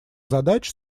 задач